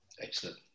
Excellent